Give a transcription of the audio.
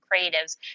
creatives